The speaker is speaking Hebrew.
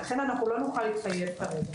לכן אנחנו לא נוכל להתחייב כרגע.